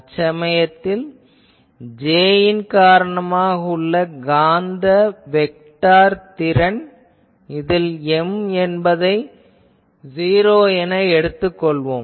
அச்சமயத்தில் J யின் காரணமாக உள்ள காந்த வெக்டார் திறன் இதில் M என்பதை '0' என எடுத்துக் கொள்வோம்